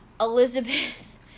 Elizabeth